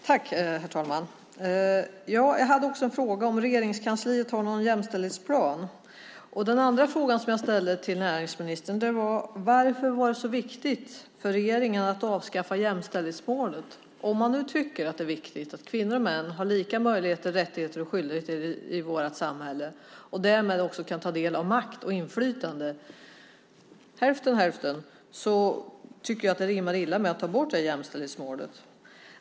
Herr talman! Jag ställde frågan om Regeringskansliet har någon jämställdhetsplan. Den andra frågan som jag ställde till näringsministern var: Varför var det så viktigt för regeringen att avskaffa jämställdhetsmålet? Om man nu tycker att det är viktigt att kvinnor och män har lika möjligheter, rättigheter och skyldigheter i vårt samhälle och därmed också kan ta del av makt och inflytande, tycker jag att det rimmar illa med att man tar bort jämställdhetsmålet.